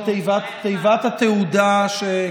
הנושא של תיבת התהודה.